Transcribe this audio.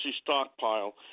stockpile